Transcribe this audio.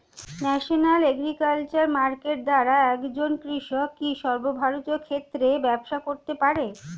National agriculture market দ্বারা একজন কৃষক কি সর্বভারতীয় ক্ষেত্রে ব্যবসা করতে পারে?